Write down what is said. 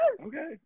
Okay